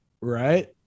right